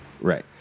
Right